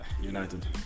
United